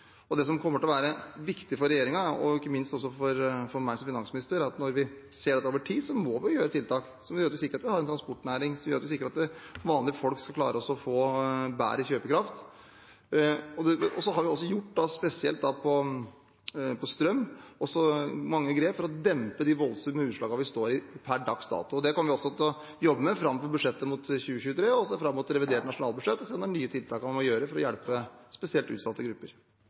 tid. Det som kommer til å være viktig for regjeringen og ikke minst for meg som finansminister, er at vi over tid må gjøre tiltak som sikrer at vi har en transportnæring, og som sikrer at vanlige folk klarer å få bedre kjøpekraft. Spesielt på strøm har vi gjort mange grep for å dempe de voldsomme utslagene vi står overfor per dags dato. Det kommer vi også til å jobbe med fram til budsjettet for 2023 og fram mot revidert nasjonalbudsjett, for å se om det er nye tiltak man må gjøre for å hjelpe spesielt utsatte grupper.